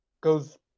goes